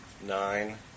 nine